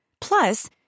Plus